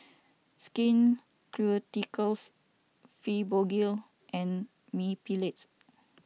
Skin Ceuticals Fibogel and Mepilex